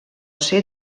ser